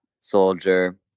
Soldier